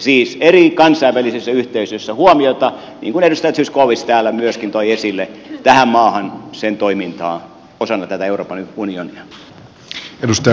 siis eri kansainvälisissä yhteisöissä on kiinnitettävä huomiota niin kuin edustaja zyskowicz täällä myöskin toi esille tähän maahan sen toimintaan osana tätä euroopan unionia